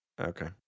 Okay